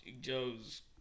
Joe's